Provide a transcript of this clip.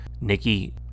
Nikki